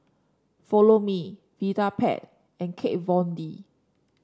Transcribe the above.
Follow Me Vitapet and Kat Von D